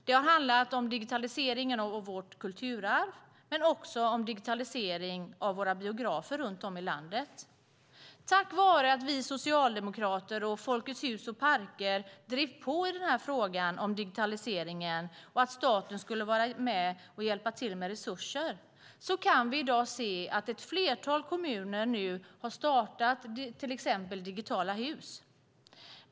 Det har handlat om digitalisering av vårt kulturarv men också om digitalisering av biografer runt om i landet. Tack vare att vi socialdemokrater och Folkets Hus och Parker drev på i frågan om digitaliseringen och att staten skulle vara med och hjälpa till med resurser kan vi i dag se att ett flertal kommuner nu har startat till exempel digitala hus.